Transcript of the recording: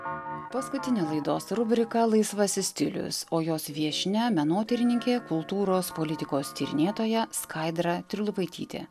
paskutinė laidos rubrika laisvasis stilius o jos viešnia menotyrininkė kultūros politikos tyrinėtoja skaidra trilupaitytė